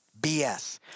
BS